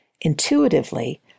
intuitively